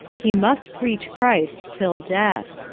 he must preach christ till death.